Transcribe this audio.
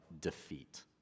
defeat